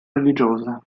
religiosa